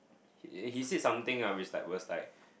eh he said something ah with like was like